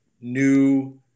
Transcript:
new